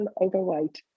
overweight